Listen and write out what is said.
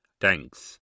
Thanks